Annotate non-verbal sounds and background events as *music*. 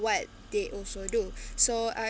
what they also do *breath* so uh